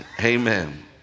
Amen